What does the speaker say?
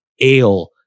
ale